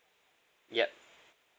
yup